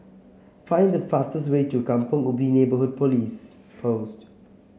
find the fastest way to Kampong Ubi Neighbourhood Police Post